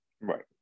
Right